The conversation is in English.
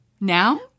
Now